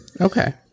Okay